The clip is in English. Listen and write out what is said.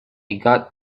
got